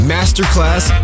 Masterclass